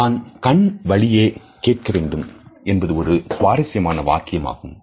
"நாம் கண் வழியே கேட்க வேண்டும்" என்பது ஒரு சுவாரசியமான வாக்கியமாகும்